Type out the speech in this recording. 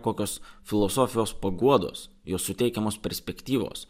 kokios filosofijos paguodos jos suteikiamos perspektyvos